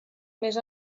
més